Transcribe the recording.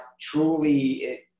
truly